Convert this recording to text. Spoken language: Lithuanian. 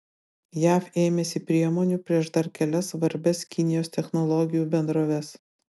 jav ėmėsi priemonių prieš dar kelias svarbias kinijos technologijų bendroves